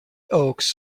oaks